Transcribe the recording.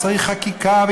צריך חקיקה,